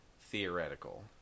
theoretical